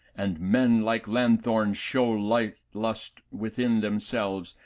and men like lanthornes show light lust within them selves,